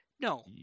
No